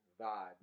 vibe